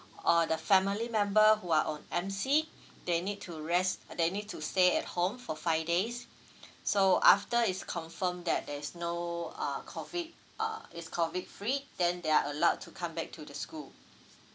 or the family member who are on M_C they need to rest they need to stay at home for five days so after is confirm that there's no uh COVID uh is COVID free then they are allowed to come back to the school